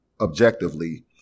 objectively